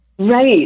Right